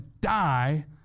die